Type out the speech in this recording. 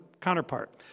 counterpart